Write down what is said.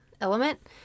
element